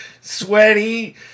sweaty